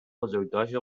بزرگداشت